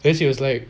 then she was like